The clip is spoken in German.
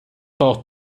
braucht